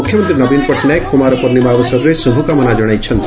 ମୁଖ୍ୟମନ୍ତୀ ନବୀନ ପଟ୍ଟନାୟକ କୁମାର ପୂର୍ଶିମା ଅବସରରେ ଶୁଭକାମନା ଜଣାଇଛନ୍ତି